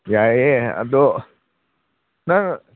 ꯌꯥꯏꯌꯦ ꯑꯗꯣ ꯅꯪ